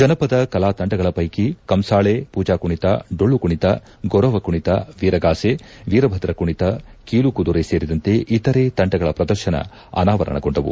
ಜನಪದ ಕಲಾತಂಡಗಳ ಪ್ಟೆಕಿ ಕಂಸಾಳೆ ಪೂಜಾಕುಣಿತ ಡೊಳ್ಳುಕುಣಿತ ಗೊರವ ಕುಣಿತ ವೀರಗಾಸೆ ವೀರಭದ್ರ ಕುಣಿತ ಕೀಲುಕುದುರೆ ಸೇರಿದಂತೆ ಇತರೇ ತಂಡಗಳ ಪ್ರದರ್ಶನ ಅನಾವರಣಗೊಂಡವು